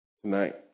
tonight